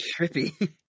trippy